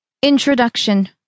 Introduction